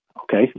Okay